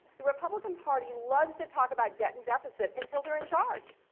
the republican party loves to talk about debt and deficit until they're in charge,